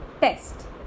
test